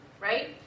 right